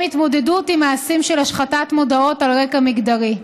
התמודדות עם מעשים של השחתת מודעות על רקע מגדרי.